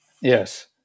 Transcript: yes